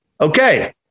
Okay